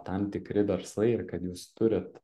tam tikri verslai ir kad jūs turit